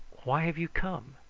why have you come?